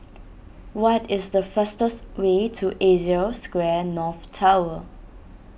what is the fastest way to Asia Square North Tower